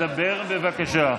תדבר, בבקשה.